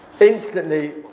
Instantly